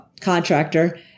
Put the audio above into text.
contractor